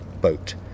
boat